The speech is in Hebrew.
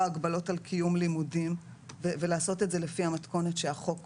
הגבלות על קיום לימודים ולעשות את זה לפי המתכונת שהחוק קובע,